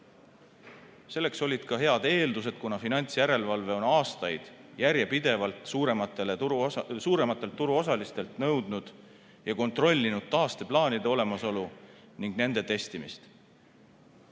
Selleks olid ka head eeldused, kuna finantsjärelevalve on aastaid järjepidevalt suurematelt turuosalistelt nõudnud ja kontrollinud taasteplaanide olemasolu ning nende testimist.